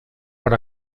per